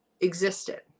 existed